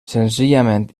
senzillament